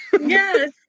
Yes